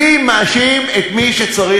אני מאשים את מי שצריך.